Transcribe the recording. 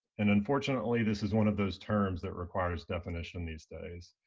and unfortunately, this is one of those terms that requires definition these days.